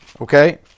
okay